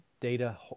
data